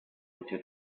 into